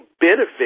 benefit